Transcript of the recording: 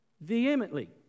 vehemently